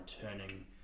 turning